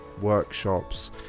workshops